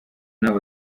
n’abo